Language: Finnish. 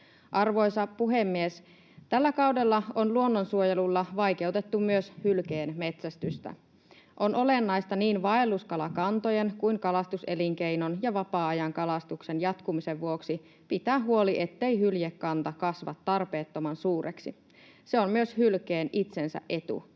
Arvoisa puhemies! Tällä kaudella on luonnonsuojelulla vaikeutettu myös hylkeenmetsästystä. On olennaista niin vaelluskalakantojen kuin kalastuselinkeinon ja vapaa-ajankalastuksen jatkumisen vuoksi pitää huoli, ettei hyljekanta kasva tarpeettoman suureksi. Se on myös hylkeen itsensä etu.